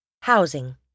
Housing